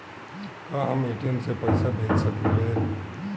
का हम ए.टी.एम से पइसा भेज सकी ले?